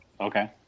Okay